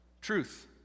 truth